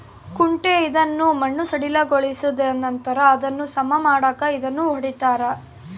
ಕುಂಟೆ ಇದನ್ನು ಮಣ್ಣು ಸಡಿಲಗೊಳಿಸಿದನಂತರ ಅದನ್ನು ಸಮ ಮಾಡಾಕ ಇದನ್ನು ಹೊಡಿತಾರ